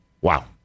Wow